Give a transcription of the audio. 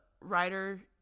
writer